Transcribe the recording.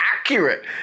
accurate